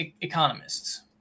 economists